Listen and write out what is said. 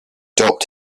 dropped